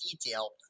detail